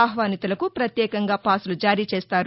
ఆహ్వానితులకు ప్రత్యేకంగా పాసులు జారీ చేస్తారు